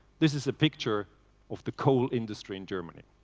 this is a picture of the coal industry in germany.